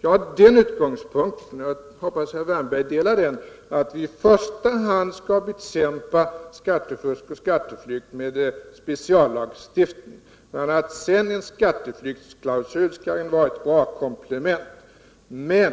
Jag har den utgångspunkten — jag hoppas att herr Wärnberg delar den —att vi i första hand skall bekämpa skattefusk och skatteflykt med speciallagstiftning. Gör man sedan en skatteflyktsklausul, skall den vara ett bra komplement. Men